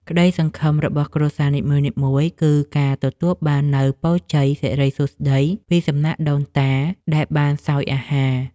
ក្តីសង្ឃឹមរបស់គ្រួសារនីមួយៗគឺការទទួលបាននូវពរជ័យសិរីសួស្តីពីសំណាក់ដូនតាដែលបានសោយអាហារ។